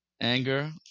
Anger